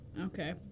Okay